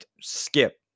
skip